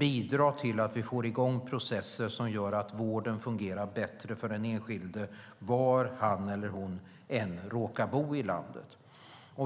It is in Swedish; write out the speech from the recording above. bidra till att vi får i gång processer som gör att vården fungerar bättre för den enskilde var han eller hon än råkar bo i landet.